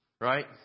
Right